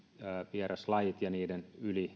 vieraslajit ja niiden